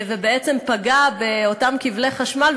ובעצם פגע באותם כבלי חשמל,